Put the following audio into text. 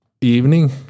evening